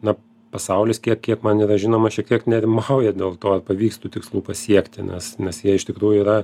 na pasaulis tiek kiek man yra žinoma šiek tiek nerimauja dėl to ar pavyks tų tikslų pasiekti nes nes jie iš tikrųjų yra